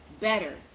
better